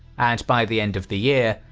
and by the end of the year,